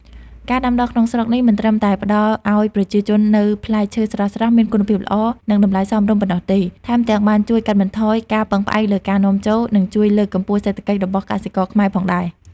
ការដាំដុះក្នុងស្រុកនេះ មិនត្រឹមតែផ្តល់ឲ្យប្រជាជននូវផ្លែឈើស្រស់ៗ មានគុណភាពល្អ និងតម្លៃសមរម្យប៉ុណ្ណោះទេ ថែមទាំងបានជួយកាត់បន្ថយការពឹងផ្អែកលើការនាំចូល និងជួយលើកកម្ពស់សេដ្ឋកិច្ចរបស់កសិករខ្មែរផងដែរ។